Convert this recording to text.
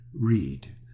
read